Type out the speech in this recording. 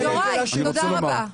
יוראי, תודה רבה.